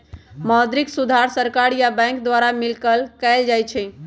मौद्रिक सुधार सरकार आ बैंक द्वारा मिलकऽ कएल जाइ छइ